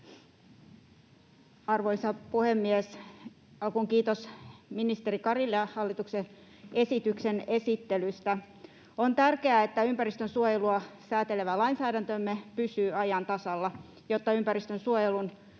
Arvoisa puhemies! Alkuun kiitos ministeri Karille hallituksen esityksen esittelystä. On tärkeää, että ympäristönsuojelua säätelevä lainsäädäntömme pysyy ajan tasalla, jotta ympäristönsuojelun